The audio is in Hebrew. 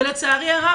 ולצערי הרב,